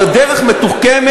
זו דרך מתוחכמת